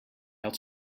had